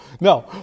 No